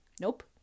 Nope